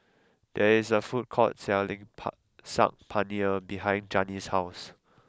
there is a food court selling pah Saag Paneer behind Janis' house